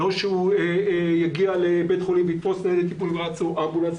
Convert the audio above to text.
שהוא יגיע לבית חולים ויתפוס טיפול נמרץ או אמבולנס,